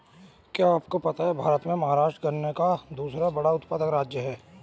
क्या आपको पता है भारत में महाराष्ट्र गन्ना का दूसरा बड़ा उत्पादक राज्य है?